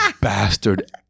bastard